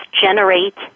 generate